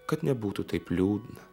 kad nebūtų taip liūdna